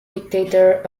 dictator